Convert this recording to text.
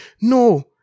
no